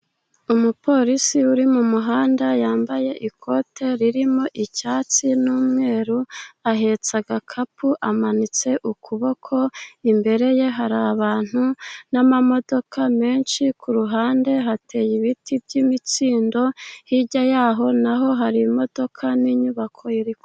Umupolisi uri mu muhanda yambaye ikote ririmo icyatsi n'umweru, ahetse agakapu amanitse ukuboko. Imbere ye hari abantu n'amamodoka menshi, ku ruhande hateye ibiti by'imikindo hirya y'aho naho hari imodoka n'inyubako.